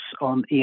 on